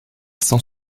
cent